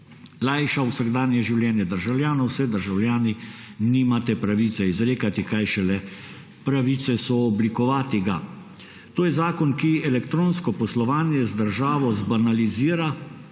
lajšal vsakdanje življenje državljanov, se državljani nimate pravice izrekati, kaj šele pravice sooblikovati ga. To je zakon, ki elektronsko poslovanje z državo zbanalizira,